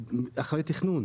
אחרי תכנון,